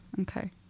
Okay